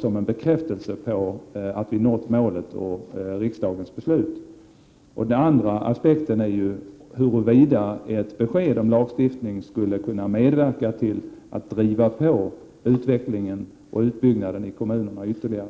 som en bekräftelse på att vi har nått målet enligt riksdagens beslut. Den andra aspekten är huruvida ett besked om lagstiftning skulle kunna medverka till att driva på utvecklingen och utbyggnaden i kommunerna ytterligare.